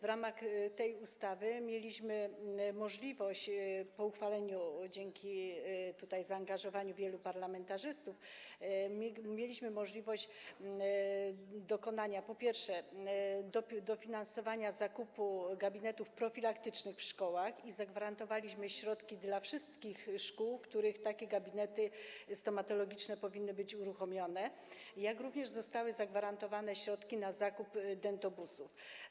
W ramach tej ustawy, po jej uchwaleniu dzięki zaangażowaniu wielu parlamentarzystów, mieliśmy możliwość dokonania, po pierwsze, dofinansowania zakupów do gabinetów profilaktycznych w szkołach i zagwarantowaliśmy środki dla wszystkich szkół, w których takie gabinety stomatologiczne powinny być uruchomione, jak również zostały zagwarantowane środki na zakup dentobusów.